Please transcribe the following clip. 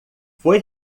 foi